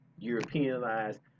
Europeanized